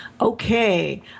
Okay